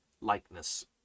likeness